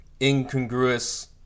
incongruous